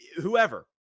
whoever